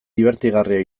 dibertigarria